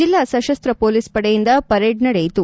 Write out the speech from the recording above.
ಜಲ್ಲಾ ಸಶಸ್ತ ಮೊಲೀಸ್ ಪಡೆಯಿಂದ ಪರೇಡ್ ನಡೆಯಿತು